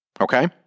Okay